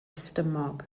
stumog